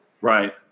Right